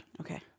Okay